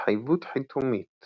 התחייבות חיתומית